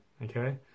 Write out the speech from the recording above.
Okay